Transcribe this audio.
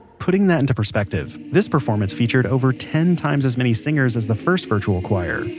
putting that into perspective, this performance featured over ten times as many singers as the first virtual choir,